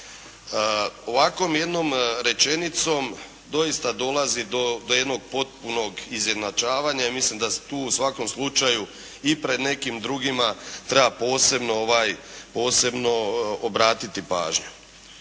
Ovakvom jednom rečenicom doista dolazi do jednog potpunog izjednačavanja, i mislim da se tu u svakom slučaju i pred nekim drugima treba posebno obratiti pažnju.